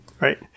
Right